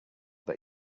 that